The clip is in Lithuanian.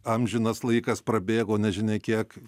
amžinas laikas prabėgo nežinia kiek